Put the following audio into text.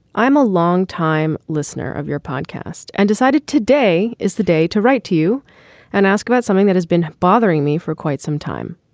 i'm a longtime listener of your podcast and decided today is the day to write to you and ask about something that has been bothering me for quite some time.